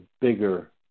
bigger